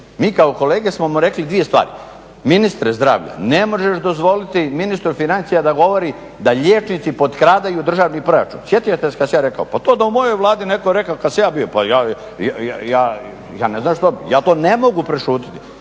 Mi kao kolege smo mu rekli dvije stvari. Ministre zdravlja, ne možeš dozvoliti ministru financija da govori da liječnici potkradaju državni proračun. Sjećate se kad sam ja rekao? Pa to da je u mojoj Vladi netko rekao kad sam ja bio, pa ja ne znam što bi. Ja to ne mogu prešutiti,